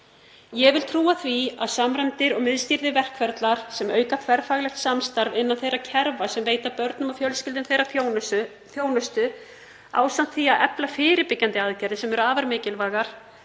Ég vil trúa því að samræmdir og miðstýrðir verkferlar sem auka þverfaglegt samstarf innan þeirra kerfa sem veita börnum og fjölskyldum þeirra þjónustu, ásamt því að efla fyrirbyggjandi aðgerðir sem eru afar mikilvægar